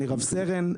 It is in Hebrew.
אני רב-סרן,